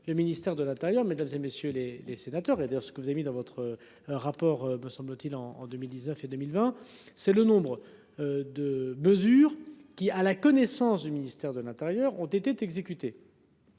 le ministère de l'Intérieur mesdames et messieurs les les sénateurs, et d'ailleurs ce que vous avez mis dans votre. Rapport, me semble-t-il en en 2019 et 2020 c'est le nombre. De. Mesure qui à la connaissance du ministère de l'Intérieur ont été exécutés.--